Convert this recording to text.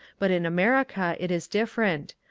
but in america it is different.